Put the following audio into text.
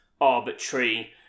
arbitrary